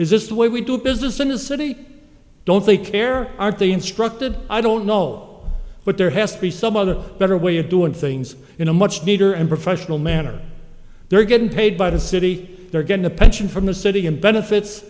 is this the way we do business in the city don't they care aren't they instructed i don't know but there has to be some other better way of doing things in a much neater and professional manner they're getting paid by the city they're getting a pension from the city and benefits